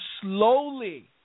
slowly